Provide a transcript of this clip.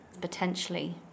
Potentially